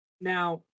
Now